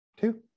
two